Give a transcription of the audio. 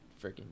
freaking